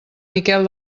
miquel